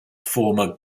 former